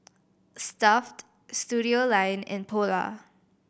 Stuff'd Studioline and Polar